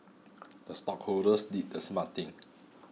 the stockholders did the smart thing